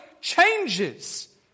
changes